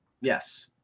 Yes